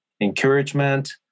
encouragement